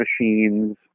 machines